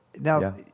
Now